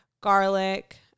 garlic